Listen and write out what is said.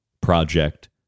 project